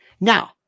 Now